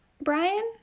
Brian